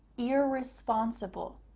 irresponsible.